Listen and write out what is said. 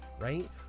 right